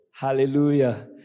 hallelujah